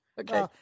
okay